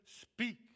speak